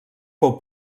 fou